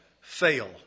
fail